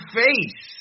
face